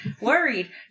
worried